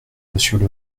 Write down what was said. monsieur